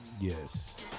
Yes